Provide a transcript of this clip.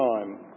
time